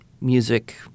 music